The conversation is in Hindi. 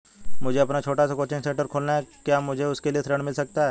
मुझे अपना छोटा सा कोचिंग सेंटर खोलना है क्या मुझे उसके लिए ऋण मिल सकता है?